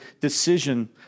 decision